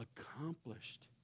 accomplished